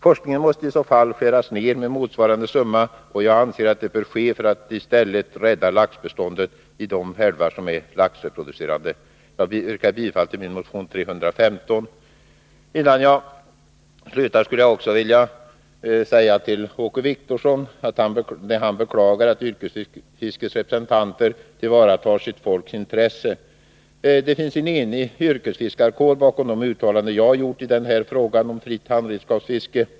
Forskningen måste i så fall skäras ner med motsvarande summa, och jag anser att det bör ske för att i stället rädda laxbeståndet i de älvar som är laxreproducerande. Jag yrkar bifall till motion 315. Innan jag slutar skulle jag vilja säga en sak till Åke Wictorsson när han beklagar att yrkesfiskets representanter tillvaratar sitt folks intresse. Det finns en enig yrkesfiskarkår bakom de uttalanden jag har gjort i den här frågan om fritt handredskapsfiske.